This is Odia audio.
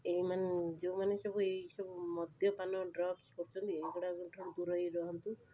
ଏଇମାନ ଯେଉଁମାନେ ସବୁ ଏଇସବୁ ମଦ୍ୟପାନ ଡ୍ରଗ୍ସ କରୁଛନ୍ତି ଏଇଗୁଡ଼ାଠାରୁ ଦୂରେଇ ରୁହନ୍ତୁ